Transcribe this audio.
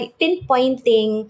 pinpointing